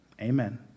amen